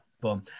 Boom